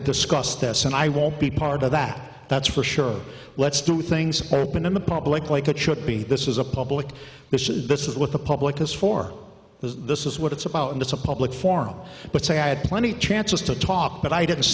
to discuss this and i won't be part of that that's for sure let's do things happen in the public like it should be this is a public mission this is what the public is for this is what it's about and it's a public forum but say i had plenty chances to talk but i didn't